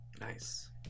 Nice